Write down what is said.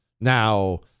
Now